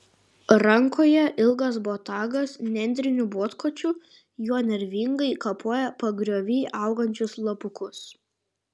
rankoje ilgas botagas nendriniu botkočiu juo nervingai kapoja pagriovy augančius lapukus